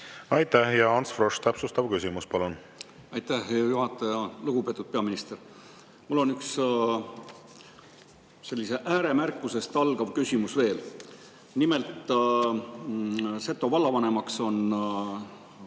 Aitäh! Ants Frosch, täpsustav küsimus, palun! Aitäh, hea juhataja! Lugupeetud peaminister! Mul on üks sellisest ääremärkusest algav küsimus veel. Nimelt, Setomaa vallavanemaks on